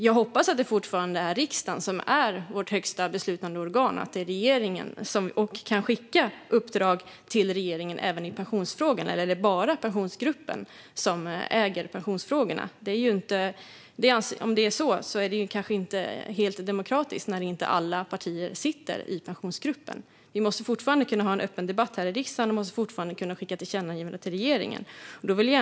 Jag hoppas att det fortfarande är riksdagen som är vårt högsta beslutande organ och kan skicka uppdrag till regeringen även i pensionsfrågan. Eller är det bara Pensionsgruppen som äger pensionsfrågorna? Om det är så är det kanske inte helt demokratiskt när inte alla partier sitter i Pensionsgruppen. Vi måste fortfarande kunna ha en öppen debatt i riksdagen, och vi måste fortfarande kunna skicka tillkännagivanden till regeringen.